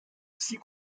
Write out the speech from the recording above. six